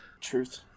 truth